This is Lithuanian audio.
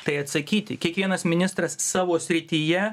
tai atsakyti kiekvienas ministras savo srityje